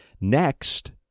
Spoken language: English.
Next